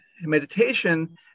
Meditation